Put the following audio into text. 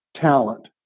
talent